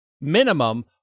minimum